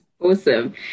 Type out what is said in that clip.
Awesome